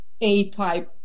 A-type